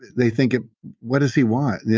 they think, what does he want? yeah